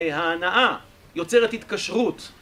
ההנאה יוצרת התקשרות